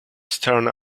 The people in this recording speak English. stern